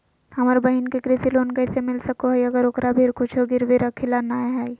हमर बहिन के कृषि लोन कइसे मिल सको हइ, अगर ओकरा भीर कुछ गिरवी रखे ला नै हइ?